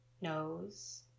nose